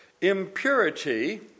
impurity